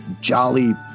jolly